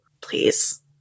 please